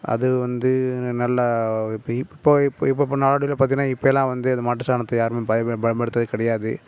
அது வந்து ந நல்லா இப்போ இப் இப்போ இப்போ இப்பப்போ நாளடைவில் பார்த்தீங்கன்னா இப்போ எல்லாம் வந்து அந்த மாட்டு சாணத்தை யாருமே பயமே பயம்படுத்துறதே கிடையாது